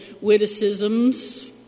witticisms